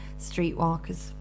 Streetwalkers